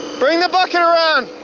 bring the bucket around,